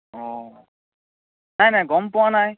অ নাই নাই গম পোৱা নাই